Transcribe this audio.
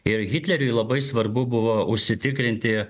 ir hitleriui labai svarbu buvo užsitikrinti